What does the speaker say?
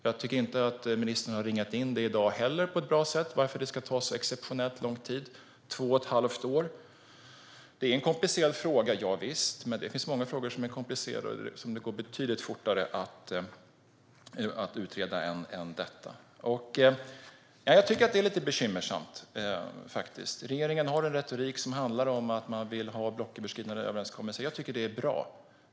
Jag tycker inte heller att ministern i dag på ett bra sätt har ringat in varför det ska ta exceptionellt lång tid: två och ett halvt år. Det är en komplicerad fråga - javisst. Men det finns många frågor som är komplicerade, som det går betydligt fortare att utreda än denna. Jag tycker faktiskt att det är lite bekymmersamt. Regeringen har en retorik som handlar om att man vill ha blocköverskridande överenskommelser. Jag tycker att det är bra.